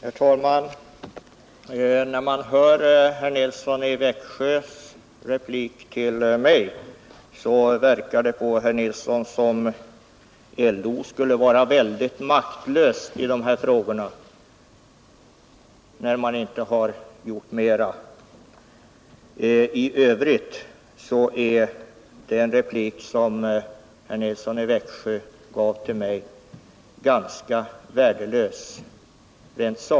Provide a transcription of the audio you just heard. Herr talman! När man hör herr Nilssons i Växjö replik till mig verkar det som om LO skulle vara maktlös i dessa frågor och att detta skulle vara anledningen till att LO inte gjort mera. I övrigt var herr Nilssons replik sakligt sett ganska värdelös.